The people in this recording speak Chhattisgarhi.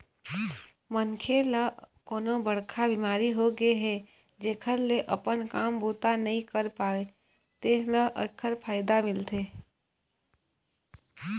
मनखे ल कोनो बड़का बिमारी होगे हे जेखर ले अपन काम बूता नइ कर पावय तेन ल एखर फायदा मिलथे